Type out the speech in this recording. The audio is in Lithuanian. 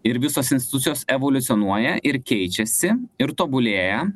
ir visos institucijos evoliucionuoja ir keičiasi ir tobulėja